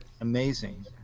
amazing